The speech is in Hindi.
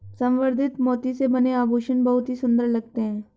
संवर्धित मोती से बने आभूषण बहुत ही सुंदर लगते हैं